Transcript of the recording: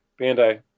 Bandai